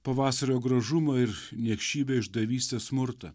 pavasario gražumą ir niekšybę išdavystę smurtą